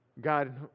God